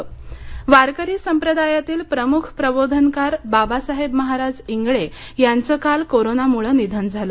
निधन वृत्त वारकरी संप्रदायातील प्रमुख प्रबोधनकार बाबासाहेब महाराज इंगळे यांच काल कोरोनामुळे निधन झालं